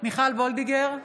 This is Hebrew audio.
מיכל וולדיגר,